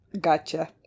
Gotcha